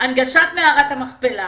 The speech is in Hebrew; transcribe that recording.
הנגשת מערת המכפלה,